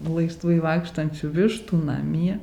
laisvai vaikštančių vištų namie